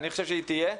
אני חושב שהיא תהיה,